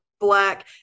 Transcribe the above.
black